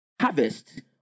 harvest